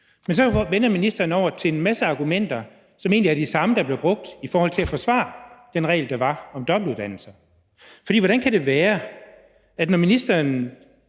men så går ministeren over til en masse argumenter, som egentlig er de samme, der blev brugt i forhold til at forsvare den regel, der var om dobbeltuddannelser. Ministeren sagde for et år siden,